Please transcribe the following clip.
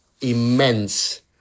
immense